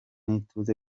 ituze